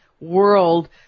world